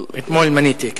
אתמול מניתי,